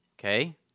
Okay